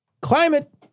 climate